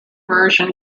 version